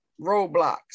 roadblocks